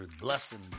blessings